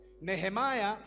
Nehemiah